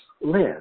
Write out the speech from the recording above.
live